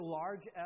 large